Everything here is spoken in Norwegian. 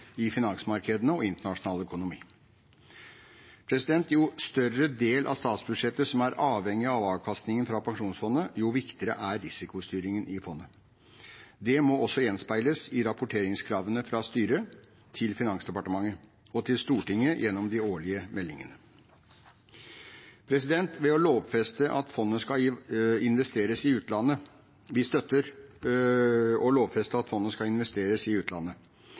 i finansmarkedene og i internasjonal økonomi. Jo større del av statsbudsjettet som er avhengig av avkastningen fra pensjonsfondet, jo viktigere er risikostyringen i fondet. Det må også gjenspeiles i rapporteringskravene fra styret til Finansdepartementet og til Stortinget gjennom de årlige meldingene. Vi støtter å lovfeste at fondet skal investeres i utlandet.